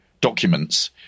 documents